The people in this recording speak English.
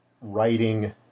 writing